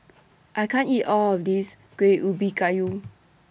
I can't eat All of This Kuih Ubi Kayu